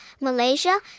Malaysia